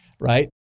right